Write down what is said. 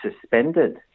suspended